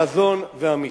חזון ואמיץ?